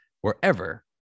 wherever